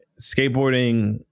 skateboarding